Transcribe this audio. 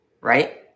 right